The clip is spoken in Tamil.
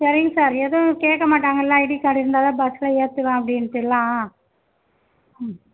சரிங்க சார் எதுவும் கேட்க மாட்டாங்களா ஐடி கார்டு இருந்தால் தான் பஸ்சில் ஏற்றுவேன் அப்படின்ட்டு எல்லாம் ம்